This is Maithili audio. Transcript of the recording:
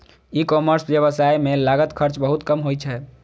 ई कॉमर्स व्यवसाय मे लागत खर्च बहुत कम होइ छै